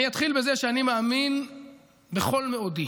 אני אתחיל בזה שאני מאמין בכל מאודי